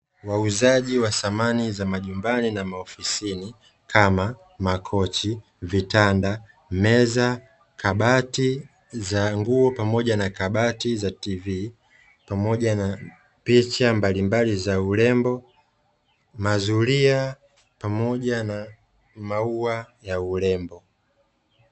Wauzaji wa samani za majumbani na maofisini, kama makochi, vitanda, meza, kabati za nguo, pamoja na kabati za TV , pamoja na picha mbalimbali za urembo, mazuria pamoja na maua ya urembo.